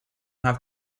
have